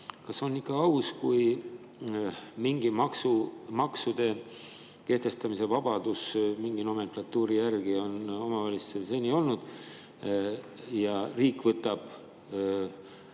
kas on ikka aus, kui maksude kehtestamise vabadus mingi nomenklatuuri järgi on omavalitsustel seni olnud ja riik mitte